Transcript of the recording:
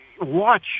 watch